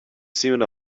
seemed